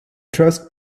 trust